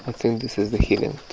ah think this is the healing,